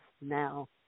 now